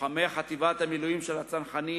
לוחמי חטיבת המילואים של הצנחנים